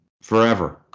forever